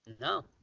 No